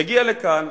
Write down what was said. יגיע לכאן.